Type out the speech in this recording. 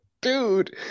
Dude